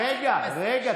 לא מקובל,